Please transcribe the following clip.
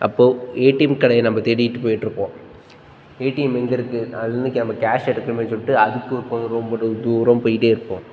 அப்போது ஏடிஎம் கடையை நம்ம தேடிகிட்டு போய்கிட்ருப்போம் ஏடிஎம் எங்கே இருக்குது அதிலிருந்து க நம்ம கேஷ் எடுக்கணுமேன்னு சொல்லிட்டு அதுக்கு கொ ரொம்ப தூ தூரம் போய்கிட்டே இருப்போம்